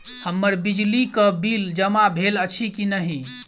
हम्मर बिजली कऽ बिल जमा भेल अछि की नहि?